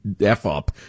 F-up